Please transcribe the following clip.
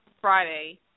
Friday